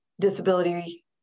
disability